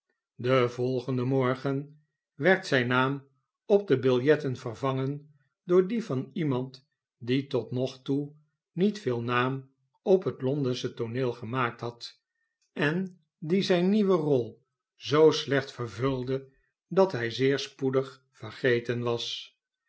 den volgenden morgen werd zijn naam op de biljetten vervangen door dien van iemand die tot nog toe niet veel naam op het londensche tooneel gemaakt had en die zijne nieuwe rol zoo slecht vervulde dat hij zeer spoedig vergeten was